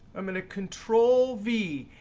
i'm going to control v,